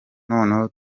noneho